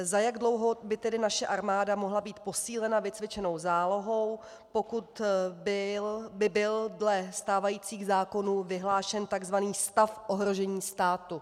Za jak dlouho by tedy naše armáda mohla být posílena vycvičenou zálohou, pokud by byl dle stávajících zákonů vyhlášen takzvaný stav ohrožení státu.